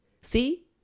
See